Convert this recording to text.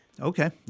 Okay